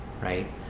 right